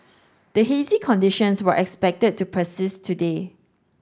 the hazy conditions were expected to persist today